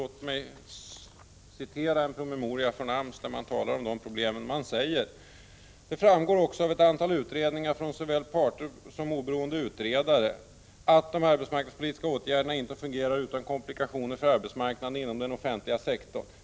Låt mig citera ur en promemoria från AMS, där man talar om dessa problem: ”Det framgår också av ett antal utredningar från såväl parterna som oberoende utredare ——-=- att de arbetsmarknadspolitiska åtgärderna inte fungerar utan komplikawioner för arbetsmarknaden inom den offentliga sektorn —--.